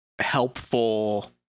helpful